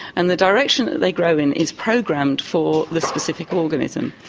and the direction that they grow in is programmed for the specific organism.